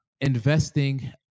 investing